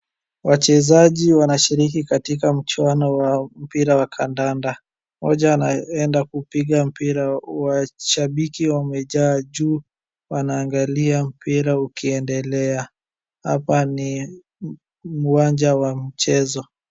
Wachezaji wanashiriki katika mchuano wao mpira wa kandanda. Mmoja anaenda kupiga mpira, washabiki wamejaa juu wanaangalia mpira ukiendelea. Hapa ni uwanja wa mchezo.